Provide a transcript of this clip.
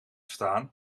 staan